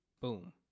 Boom